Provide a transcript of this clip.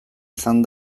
izan